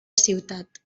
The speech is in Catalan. ciutat